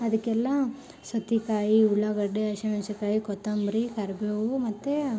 ಅದಕ್ಕೆಲ್ಲ ಸೌತೆಕಾಯಿ ಉಳ್ಳಾಗಡ್ಡಿ ಹಸಿ ಮೆಣ್ಸಿನಕಾಯಿ ಕೊತ್ತಂಬರಿ ಕರಿಬೇವು ಮತ್ತು